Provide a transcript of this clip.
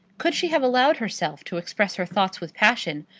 could she have allowed herself to express her thoughts with passion,